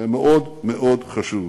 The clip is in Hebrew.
זה מאוד מאוד חשוב.